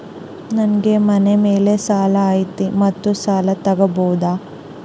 ನನಗೆ ಮನೆ ಮೇಲೆ ಸಾಲ ಐತಿ ಮತ್ತೆ ಸಾಲ ತಗಬೋದ?